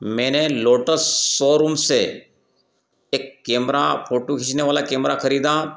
मेने Lotus showroom से एक केमरा फोटो खींचने वाला केमरा खरीदा